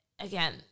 again